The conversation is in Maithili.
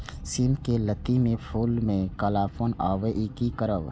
सिम के लत्ती में फुल में कालापन आवे इ कि करब?